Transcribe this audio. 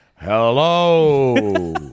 Hello